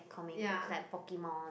comic books like Pokemon